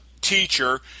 teacher